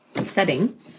setting